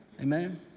Amen